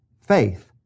faith